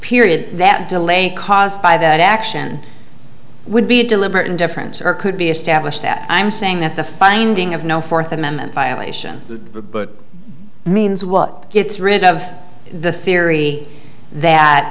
period that delay caused by that action would be a deliberate indifference or could be established that i'm saying that the finding of no fourth amendment violation means what gets rid of the theory that